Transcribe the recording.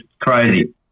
crazy